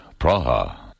Praha